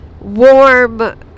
warm